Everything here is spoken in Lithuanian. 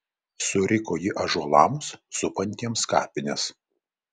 suriko ji ąžuolams supantiems kapines